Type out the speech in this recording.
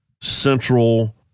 central